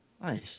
Nice